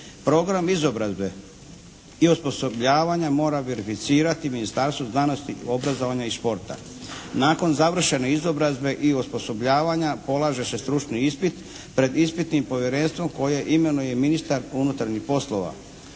program izobrazbe i osposobljavanja mora … /Govornik se ne razumije./ … Ministarstvo znanosti, obrazovanja i sporta. Nakon završene izobrazbe i osposobljavanja polaže se stručni ispit pred ispitnim povjerenstvom koje imenuje ministar unutarnjih poslova.